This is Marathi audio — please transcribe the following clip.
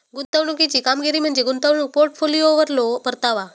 गुंतवणुकीची कामगिरी म्हणजे गुंतवणूक पोर्टफोलिओवरलो परतावा